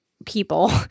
people